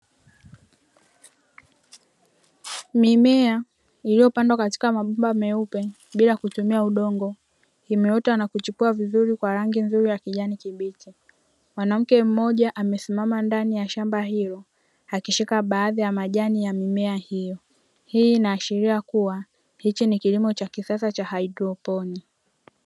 Mimea iliyopandwa katika mabomba meupe bila kutumia udongo, imeota na kuchipua vizuri kwa rangi nzuri ya kijani kibichi. Mwanamke mmoja amesimama ndani ya shamba hilo akishika baadhi ya majani ya mimea hiyo. Hii inaashiria kuwa hiki ni kilimo cha kisasa cha haidroponi.